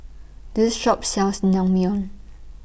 This Shop sells Naengmyeon